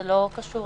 זה לא קשור לזה.